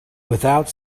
without